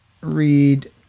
read